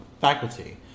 faculty